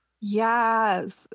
Yes